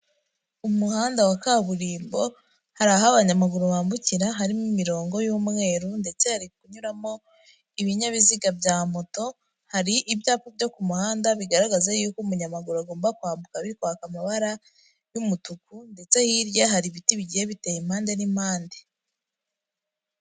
Umuhanda wa kaburimbo, hari aho abanyamaguru bambukira, harimo imirongo y'umweru, ndetse hari kunyuramo ibinyabiziga bya moto, hari ibyapa byo ku muhanda, bigaragaza y'uko umunyamaguru agomba kwambuka, biri kwaka amabara y'umutuku, ndetse hirya hari ibiti bigiye biteye impande n'impande.